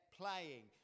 playing